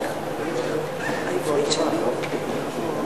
לרשותך שלוש דקות.